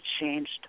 changed